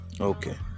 Okay